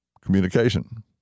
communication